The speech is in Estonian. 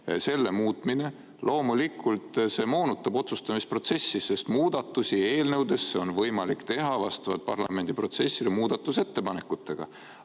selle jõustumise aeg – loomulikult see moonutab otsustamise protsessi. Muudatusi eelnõudes on võimalik teha vastavalt parlamendiprotsessile muudatusettepanekutega,